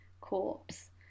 corpse